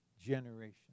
generation